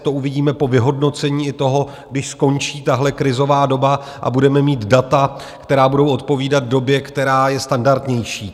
To uvidíme po vyhodnocení i toho, když skončí tahle krizová doba a budeme mít data, která budou odpovídat době, která je standardnější.